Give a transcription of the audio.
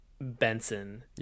Benson